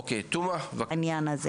אוקיי תומא, בבקשה.